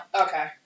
Okay